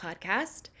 podcast